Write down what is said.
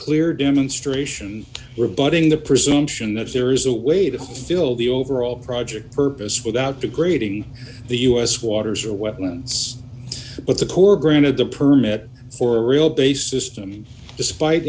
clear demonstration rebutting the presumption that there is a way to fill the overall project purpose without degrading the us waters or wetlands but the poor granted the permit for a real based system despite